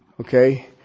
okay